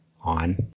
on